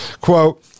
Quote